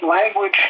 language